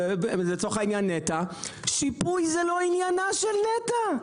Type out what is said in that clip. זה לצורך העניין נת"ע: שיפוי זה לא עניינה של נת"ע.